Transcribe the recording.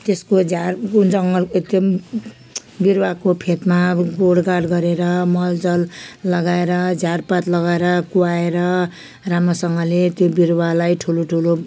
त्यसको झार ऊ जङ्गल ऊ त्यो पनि च् बिरुवाको फेदमा गोडगाड गरेर मलजल लगाएर झारपात लगाएर कुहाएर राम्रोसँगले त्यो बिरुवालाई ठुलो ठुलो